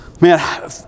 Man